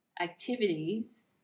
activities